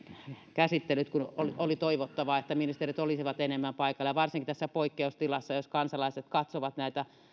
käsittelyt kun oli toivottavaa että ministerit olisivat enemmän paikalla ja varsinkin tässä poikkeustilassa jos kansalaiset katsovat näitä